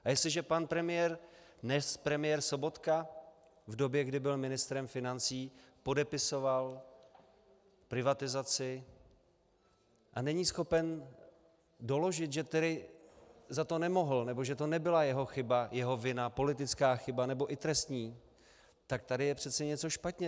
A jestliže pan premiér Sobotka v době, kdy byl ministrem financí, podepisoval privatizaci a není schopen doložit, že za to nemohl, nebo že to nebyla jeho chyba, jeho vina, politická chyba nebo i trestní, tak tady je přece něco špatně.